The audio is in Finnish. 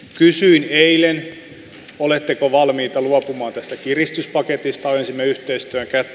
kysyin eilen oletteko valmiita luopumaan tästä kiristyspaketista ojensimme yhteistyön kättä